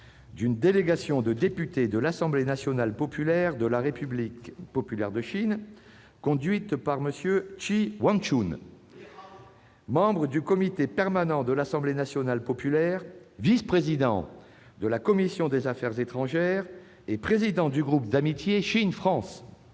d'une délégation de députés de l'Assemblée nationale populaire de la République populaire de Chine, conduite par M. Chi Wanshun, ... Nimen hao !... membre du comité permanent de l'Assemblée nationale populaire, vice-président de la commission des affaires étrangères et président du groupe d'amitié Chine-France.